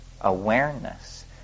awareness